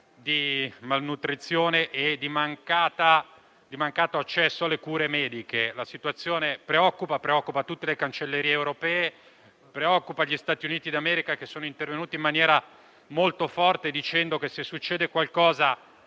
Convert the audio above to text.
di malnutrizione e di mancato accesso alle cure mediche. La situazione preoccupa tutte le cancellerie europee e gli Stati Uniti d'America, che sono intervenuti in maniera molto forte, dicendo che, se succede qualcosa